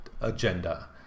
agenda